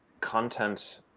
content